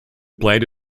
played